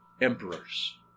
emperors